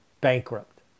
bankrupt